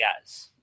guys